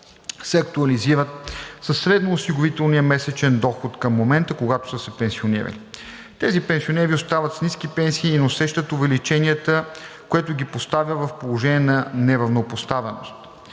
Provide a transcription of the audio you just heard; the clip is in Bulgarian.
се актуализират със средно осигурителния месечен доход към момента, когато са се пенсионирали. Тези пенсионери остават с ниски пенсии и не усещат увеличенията, което ги поставя в положение на неравнопоставеност.